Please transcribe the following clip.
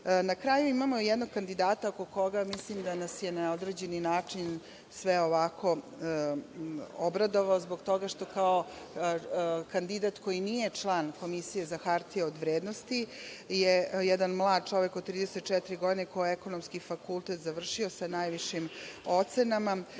kraju imamo jednog kandidata, koji mislim da nas je na određeni način sve obradovao zbog toga što je, kao kandidat koji nije član Komisije za hartije od vrednosti, jedan mlad čovek od 34 godine, koji je Ekonomski fakultet završio sa najvišim ocenama,